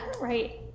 right